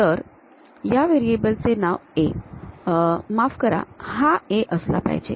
तर या व्हेरिएबल चे नाव A माफ करा हा A असला पाहिजे